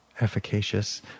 efficacious